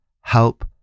help